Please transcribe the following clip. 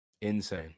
Insane